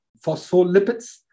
phospholipids